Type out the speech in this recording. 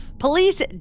Police